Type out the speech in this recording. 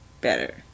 better